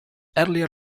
earlier